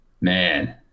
Man